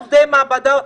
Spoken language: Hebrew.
עובדי המעבדות.